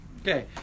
Okay